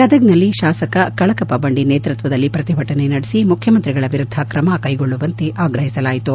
ಗದಗ್ನಲ್ಲಿ ಶಾಸಕ ಕಳಕಪ್ಪ ಬಂಡಿ ನೇತೃತ್ವದಲ್ಲಿ ಪ್ರತಿಭಟನೆ ನಡೆಸಿಮುಖ್ಯಮಂತ್ರಿಗಳ ವಿರುದ್ದ ಕ್ರಮ ಕೈಗೊಳ್ಳುವಂತೆ ಆಗ್ರಹಿಸಲಾಯಿತು